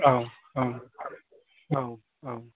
औ औ औ